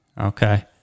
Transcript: Okay